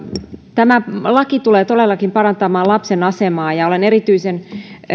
tämä laki tulee todellakin parantamaan lapsen asemaa ja olen erityisen